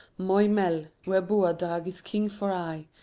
moy mell, where boadag is king for aye,